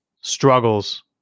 struggles